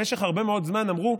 במשך הרבה מאוד זמן אמרו: